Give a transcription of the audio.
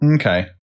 Okay